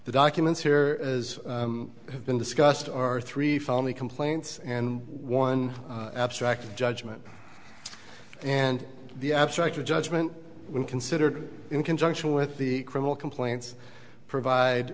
the documents here as have been discussed are three felony complaints and one abstract judgment and the abstract or judgment when considered in conjunction with the criminal complaints provide